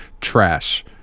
trash